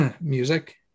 music